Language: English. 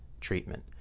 treatment